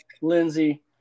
lindsey